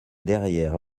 derrière